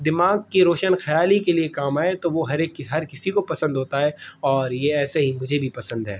دماغ کی روشن خیالی کے لیے کام آئے تو وہ ہر ایک ہر کسی کو پسند ہوتا ہے اور یہ ایسے ہی مجھے بھی پسند ہے